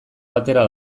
batera